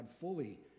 fully